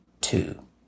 two